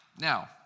Now